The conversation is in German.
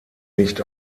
nicht